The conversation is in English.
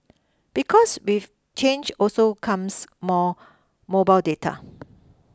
because with change also comes more mobile data